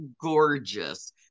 gorgeous